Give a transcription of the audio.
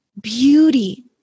beauty